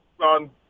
on